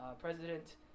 president